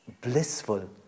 blissful